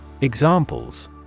Examples